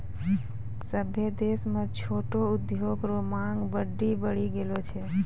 सभ्भे देश म छोटो उद्योग रो मांग बड्डी बढ़ी गेलो छै